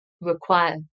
require